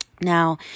Now